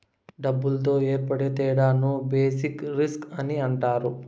డబ్బులతో ఏర్పడే తేడాను బేసిక్ రిస్క్ అని అంటారు